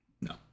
No